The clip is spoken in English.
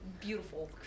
beautiful